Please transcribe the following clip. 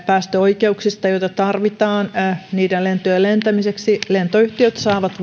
päästöoikeuksista joita tarvitaan niiden lentojen lentämiseksi lentoyhtiöt saavat